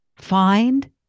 find